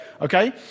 Okay